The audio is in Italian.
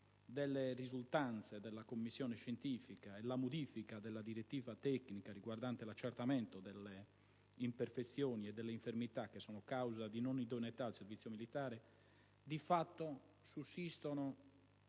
delle risultanze della commissione scientifica e la modifica della direttiva tecnica riguardante l'accertamento delle imperfezioni e delle infermità che sono causa di non idoneità al servizio militare, di fatto sussistono